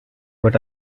but